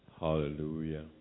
hallelujah